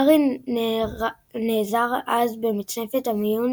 הארי נעזר אז במצנפת המיון